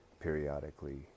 periodically